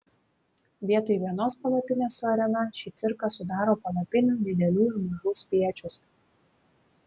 vietoj vienos palapinės su arena šį cirką sudaro palapinių didelių ir mažų spiečius